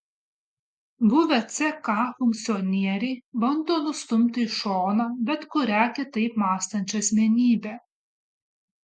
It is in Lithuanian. buvę ck funkcionieriai bando nustumti į šoną bet kurią kitaip mąstančią asmenybę